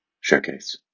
showcase